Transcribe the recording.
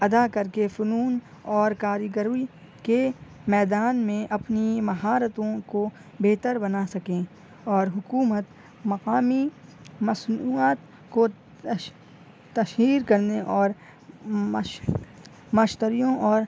ادا کر کے فنون اور کاری گری کے میدان میں اپنی مہارتوں کو بہتر بنا سکیں اور حکومت مقامی مصنوعات کو تش تشہیر کرنے اور مش مشتریوں اور